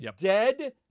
Dead